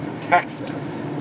Texas